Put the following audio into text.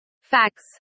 Facts